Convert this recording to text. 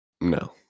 no